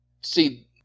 see